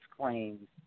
claims